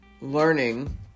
learning